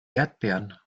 erdbeeren